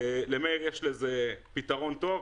למאיר שפיגלר יש לזה פתרון טוב.